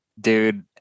dude